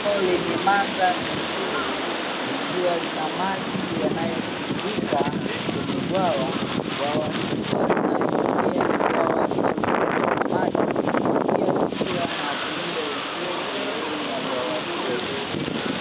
Eneo lenye mandhari nzuri likiwa lina maji yanayotiririka kwenye bwawa, bwawa likiwa linaashiria ni bwawa linalofugwa samaki pia kukiwa na viumbe vingine pembeni ya bwawa hilo.